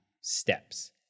steps